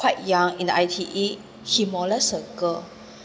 quite young in the I_T_E he molest a girl